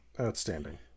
Outstanding